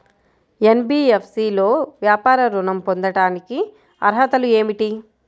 NBFC లో వ్యాపార ఋణం పొందటానికి అర్హతలు ఏమిటీ?